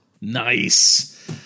Nice